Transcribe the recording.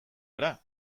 gara